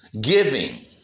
giving